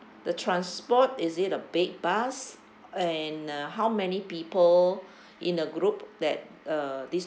the transport is it a big bus and uh how many people in a group that uh this